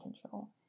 control